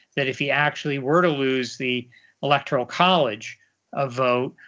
that if he actually were to lose the electoral college ah vote,